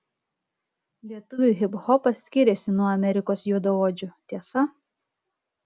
lietuvių hiphopas skiriasi nuo amerikos juodaodžių tiesa